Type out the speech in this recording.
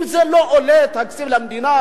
אם זה לא עולה גרוש מתקציב המדינה,